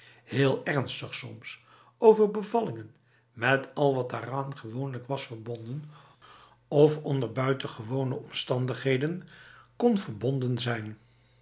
heel ernstig soms over bevallingen met al wat daaraan gewoonlijk was verbonden of onder buitengewone omstandigheden kon verbonden zijn